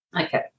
Okay